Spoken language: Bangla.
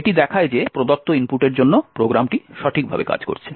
এটি দেখায় যে প্রদত্ত ইনপুটের জন্য প্রোগ্রামটি সঠিকভাবে কাজ করছে